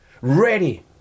ready